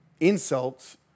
insults